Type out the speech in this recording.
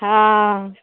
हँ